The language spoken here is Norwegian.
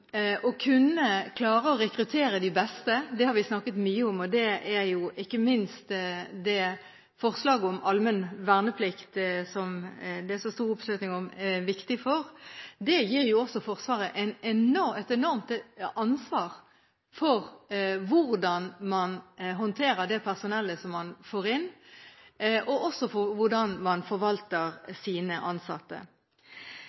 å kunne klare å rekruttere de beste. Det har vi snakket mye om. Det er jo ikke minst det forslaget om allmenn verneplikt, som det er så stor oppslutning om, viktig for. Det gir jo også Forsvaret et enormt ansvar for hvordan man håndterer det personellet som man får inn, og også for